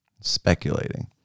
Speculating